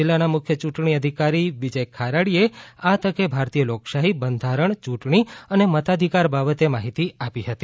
જિલ્લાના મુખ્ય યૂંટણી અધિકારી વિજય ખરાડીએ આ તકે ભારતીય લોકશાહી બંધારણ ચૂંટણી અને મતાધિકાર બાબતે માહિતી આપી હતી